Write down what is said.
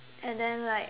and then like